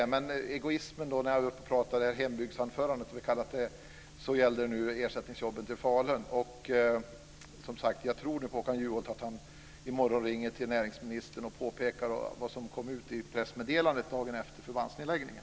Men egoismen i mitt hembygdsanförande gällde ersättningsjobben till Falun. Jag tror att Håkan Juholt i morgon ringer till näringsministern och talar om vad som kom ut i pressmeddelandet dagen efter förbandsnedläggningen.